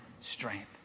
strength